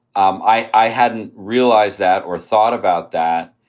um i hadn't realized that or thought about that.